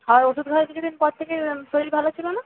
ওষুধ খাওয়ার কিছু দিন পর থেকে শরীর ভালো ছিলো না